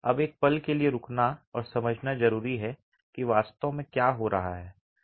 अब एक पल के लिए रुकना और समझना जरूरी है कि वास्तव में क्या हो रहा है